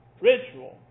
ritual